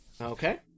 Okay